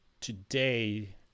today